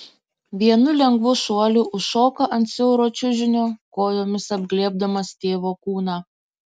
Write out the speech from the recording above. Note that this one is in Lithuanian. vienu lengvu šuoliu užšoka ant siauro čiužinio kojomis apglėbdamas tėvo kūną